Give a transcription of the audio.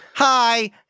Hi